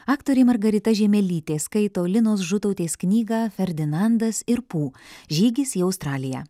aktorė margarita žiemelytė skaito linos žutautės knygą ferdinandas ir pu žygis į australiją